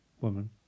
woman